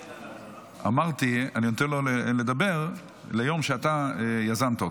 אמרתי שאני נותן לו לדבר על היום שאתה יזמת.